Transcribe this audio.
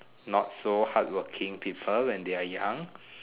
not so hardworking people when they are young